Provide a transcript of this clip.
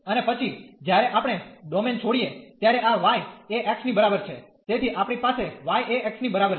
અને પછી જ્યારે આપણે ડોમેન છોડીએ ત્યારે આ y એ x ની બરાબર છે તેથી આપણી પાસે y એ x ની બરાબર છે